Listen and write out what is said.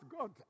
God